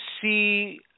see